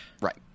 Right